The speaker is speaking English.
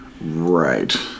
Right